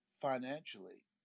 financially